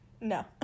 No